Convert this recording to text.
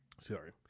Sorry